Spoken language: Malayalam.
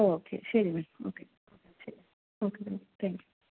ഓക്കെ ശരി മാം ഓക്കെ ശരി ഓക്കെ മാം താങ്ക് യൂ